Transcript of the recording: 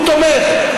הוא תומך,